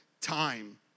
time